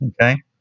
okay